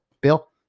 Bill